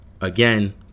again